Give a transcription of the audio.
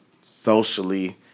socially